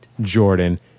Jordan